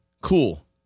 Cool